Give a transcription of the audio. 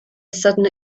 sudden